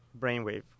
brainwave